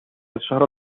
الشهر